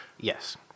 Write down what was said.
Yes